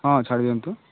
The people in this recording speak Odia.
ହଁ ଛାଡ଼ି ଦିଅନ୍ତୁ